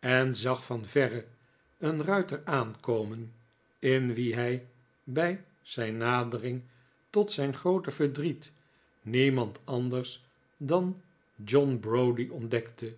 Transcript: en zag van verre een miter aankomen in wien hij bij zijn nadering tot zijn groote verdriet niemand anders dan john browdie ontdekte